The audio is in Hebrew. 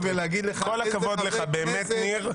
כל הכבוד לך, באמת, ניר.